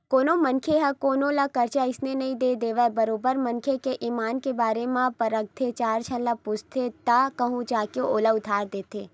कोनो मनखे ह कोनो ल करजा अइसने नइ दे देवय बरोबर मनखे के ईमान के बारे म परखथे चार झन ल पूछथे तब कहूँ जा के ओला उधारी देथे